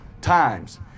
times